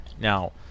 Now